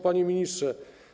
Panie Ministrze!